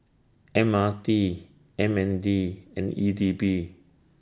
M R T M N D and E D B